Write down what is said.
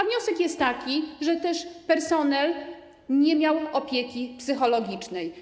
Wniosek jest taki, że personel nie miał opieki psychologicznej.